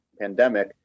pandemic